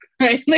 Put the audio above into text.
right